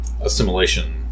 assimilation